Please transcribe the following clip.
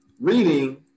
Reading